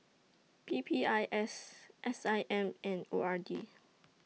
P P I S S I M and O R D